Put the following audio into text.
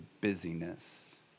busyness